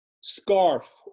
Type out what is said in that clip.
scarf